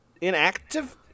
inactive